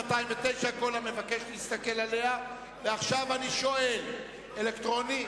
209. עכשיו אני שואל: אלקטרוני?